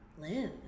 live